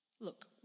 Look